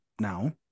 now